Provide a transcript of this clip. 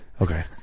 Okay